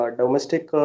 domestic